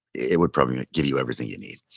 it would probably give you everything you need